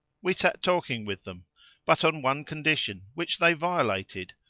we sat talking with them but on one condition which they violated,